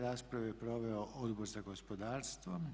Raspravu je proveo Odbor za gospodarstvo.